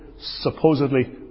supposedly